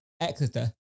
Exeter